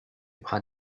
bras